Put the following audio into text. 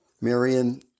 Marion